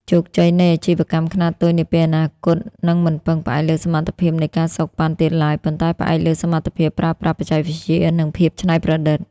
ជោគជ័យនៃអាជីវកម្មខ្នាតតូចនាពេលអនាគត នឹងមិនផ្អែកលើសមត្ថភាពនៃ ការសូកប៉ាន់ ទៀតឡើយ ប៉ុន្តែផ្អែកលើសមត្ថភាពប្រើប្រាស់បច្ចេកវិទ្យា និងភាពច្នៃប្រឌិត។